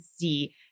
see